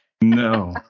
no